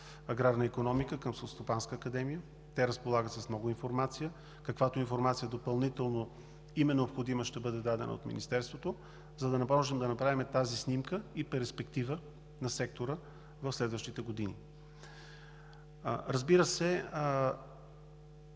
аграрна икономика към Селскостопанската академия. Те разполагат с много информация. Каквато информация допълнително им е необходима, ще бъде дадена от Министерството, за да можем да направим тази снимка и перспектива на сектора в следващите години. Разбира се,